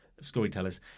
storytellers